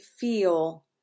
feel